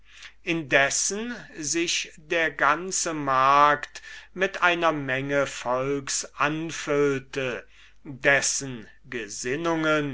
indessen sich der ganze markt mit einer menge volks anfüllte dessen gesinnungen